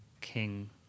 king